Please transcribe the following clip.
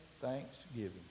thanksgiving